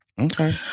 Okay